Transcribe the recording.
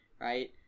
right